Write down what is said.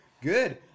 good